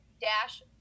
dash